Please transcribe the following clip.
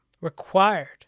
required